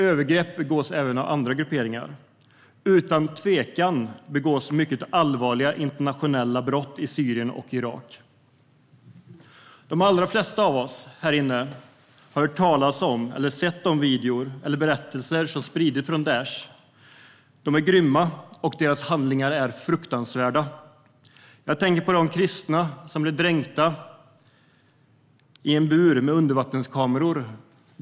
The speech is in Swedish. Övergrepp begås även av andra grupperingar. Utan tvivel begås mycket allvarliga internationella brott i Syrien och Irak. De allra flesta av oss här inne har hört talas om eller sett de videor eller berättelser som spridits från Daish. De är grymma, och deras handlingar är fruktansvärda. Jag tänker på de kristna som blev dränkta i en bur med undervattenskameror.